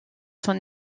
son